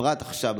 ובפרט עכשיו,